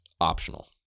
optional